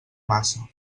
massa